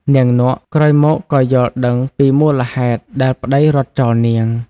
នាងនក់ ក្រោយមកក៏យល់ដឹងពីមូលហេតុដែលប្តីរត់ចោលនាង ។